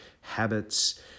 habits